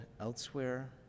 elsewhere